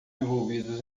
envolvidos